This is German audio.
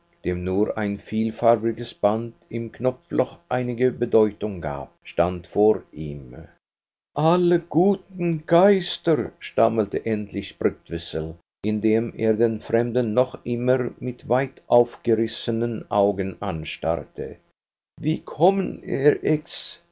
dem nur ein vielfarbiges band im knopfloch einige bedeutung gab stand vor ihm alle guten geister stammelte endlich brktzwisl indem er den fremden noch immer mit weit aufgerissenen augen anstarrte wie kommen